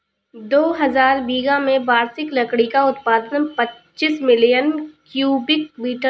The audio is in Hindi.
दो हजार बीस में वार्षिक लकड़ी का उत्पादन पचासी मिलियन क्यूबिक मीटर था